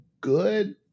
good